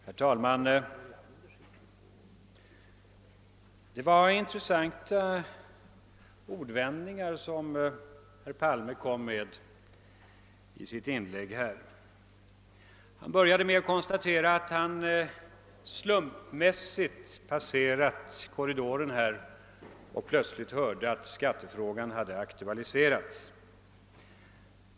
Herr talman! Det var intressanta ordvändningar herr Palme kom med i sitt inlägg. Han började med att konstatera, att han »slumpmässigt» passerat i korridoren och fått höra att skattefrågan aktualiserats.